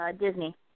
Disney